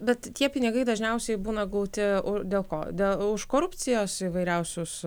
bet tie pinigai dažniausiai būna gauti o dėl ko dėl už korupcijos įvairiausius